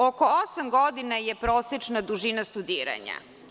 Oko osam godina je prosečna dužina studiranja.